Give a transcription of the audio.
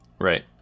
Right